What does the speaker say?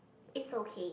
it's okay